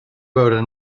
veure